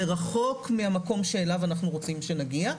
זה רחוק מהמקום שאליו אנחנו רוצים להגיע,